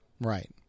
right